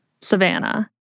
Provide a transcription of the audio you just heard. Savannah